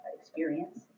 experience